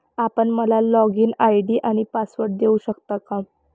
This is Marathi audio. आपण मला लॉगइन आय.डी आणि पासवर्ड देऊ शकता का?